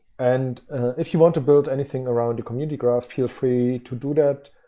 and if you want to build anything around the community graph, feel free to do that.